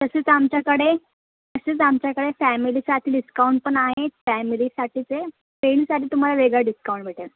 तसंच आमच्याकडे तसंच आमच्याकडे फॅमिलीसाठी डिस्काउंट पण आहे फॅमिलीसाठीचे रेंटसाठी तुम्हाला वेगळं डिस्काउंट भेटेल